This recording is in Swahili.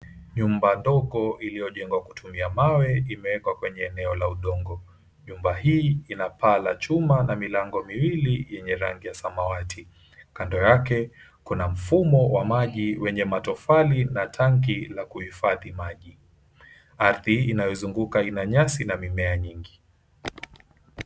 Nyumba dogo iliyojengwa kutumia mawe iko kwenye eneo la udongo, nyumba hii ina paa ya chuma na milango miwili yenye rangi ya samawati. Kando yake kuna mfumo wa maji wenye matofali na tanki la kuhifadhi maji. Ardhi inayozunguka ina nyasi na mimea nyingi.